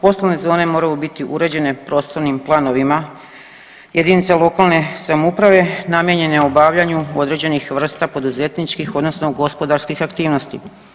Poslovne zone moraju biti uređene prostornim planovima jedinice lokalne samouprave namijenjene obavljaju određenih vrsta poduzetničkih, odnosno gospodarskih aktivnosti.